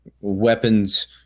weapons